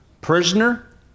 Prisoner